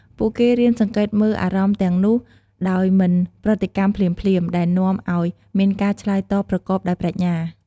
ពួកគេរៀនសង្កេតមើលអារម្មណ៍ទាំងនោះដោយមិនប្រតិកម្មភ្លាមៗ ដែលនាំឱ្យមានការឆ្លើយតបប្រកបដោយប្រាជ្ញា។